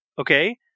okay